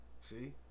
see